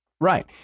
right